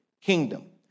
kingdom